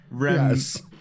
Yes